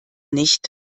nicht